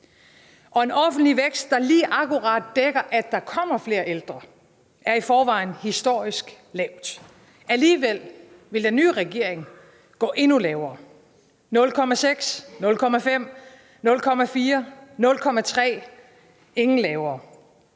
Og en offentlig vækst, der lige akkurat dækker, at der kommer flere ældre, er i forvejen historisk lav. Alligevel vil den nye regering gå endnu lavere: 0,6, 0,5, 0,4, 0,3 – ingen lavere?